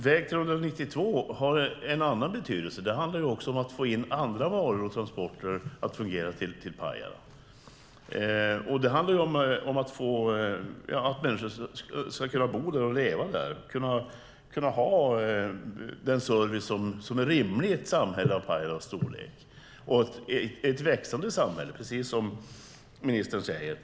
Väg 392 har en annan betydelse, nämligen att också andra varor och transporter till Pajala ska fungera så att människor ska kunna leva och bo där, kunna ha den service som är rimlig i ett samhälle av Pajalas storlek, som dessutom är ett växande samhälle, precis som ministern säger.